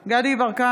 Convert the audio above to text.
דסטה גדי יברקן,